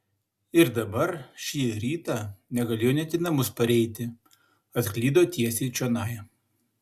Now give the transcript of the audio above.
ir dabar šį rytą negalėjo net į namus pareiti atklydo tiesiai čionai